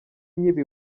nkiba